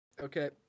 Okay